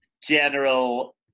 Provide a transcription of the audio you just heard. general